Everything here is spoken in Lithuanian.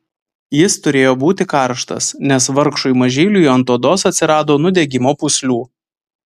jis turėjo būti karštas nes vargšui mažyliui ant odos atsirado nudegimo pūslių